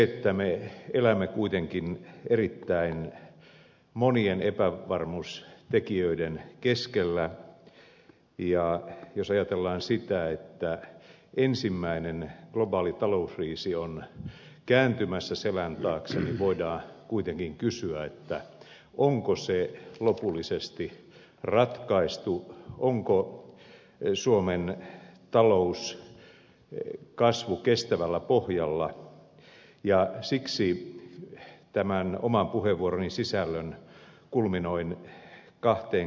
koska me elämme kuitenkin erittäin monien epävarmuustekijöiden keskellä ja jos ajatellaan sitä että ensimmäinen globaali talouskriisi on kääntymässä selän taakse voidaan kuitenkin kysyä onko talouskriisi lopullisesti ratkaistu onko suomen talouskasvu kestävällä pohjalla ja siksi tämän oman puheenvuoroni sisällön kulminoin kahteen kysymykseen